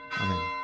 Amen